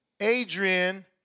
Adrian